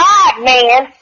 God-man